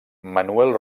manuel